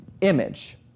image